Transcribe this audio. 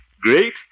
Great